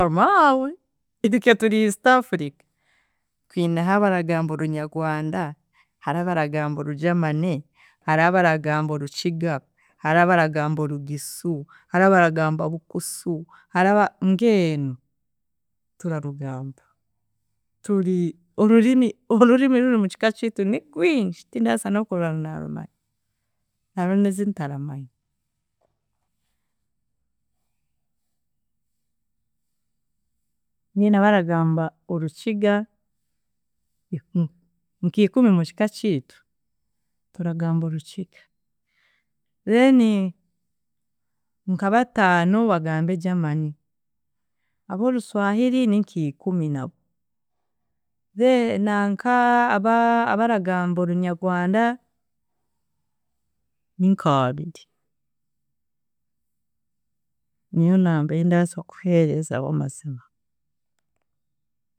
Yamaawe itwe turi East Africa, twineho abaragamba Orunyagwanda, hariho abaragamba oru Germany, hariho abaragamba Orukiga, hariho abaragamba Orugisu, hariho abaragamba Orukusu, hariho abaraga mbwenu turarugamba. Turi, orurimi orurimi ruri mukika kitu nigwingi tindasa n’okurure ngunarumanya, hariho n’enzintaramanya, mbwenu abaragamba Orukiga, nk’ikumi mukika kiitu turagamba Orukiga, then nka ba taano bagambe Germany, abo Oruswahiri ni nkikumi nabo, then, nanka aba- abaragamba Orunyagwanda nink’abiiri, niyo number yindaasa kukuherezaho maziima.